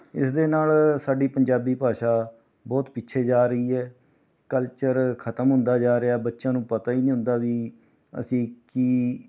ਇਸ ਦੇ ਨਾਲ ਸਾਡੀ ਪੰਜਾਬੀ ਭਾਸ਼ਾ ਬਹੁਤ ਪਿੱਛੇ ਜਾ ਰਹੀ ਹੈ ਕਲਚਰ ਖਤਮ ਹੁੰਦਾ ਜਾ ਰਿਹਾ ਬੱਚਿਆਂ ਨੂੰ ਪਤਾ ਨਹੀਂ ਹੁੰਦਾ ਵੀ ਅਸੀਂ ਕੀ